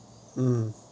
mm